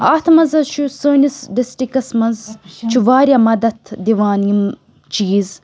اَتھ منٛز حظ چھُ سٲنِس ڈِسٹرکَس منٛز چھُ واریاہ مَدَتھ دِوان یِم چیٖز